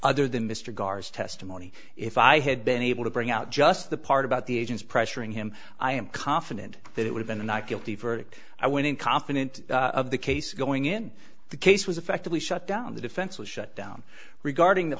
other than mr gars testimony if i had been able to bring out just the part about the agents pressuring him i am confident that it would've been a not guilty verdict i went in confident of the case going in the case was effectively shut down the defense was shut down regarding the